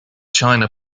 china